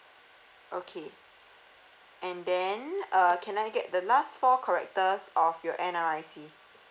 okay and then uh can I get the last four characters of your N_R_I_C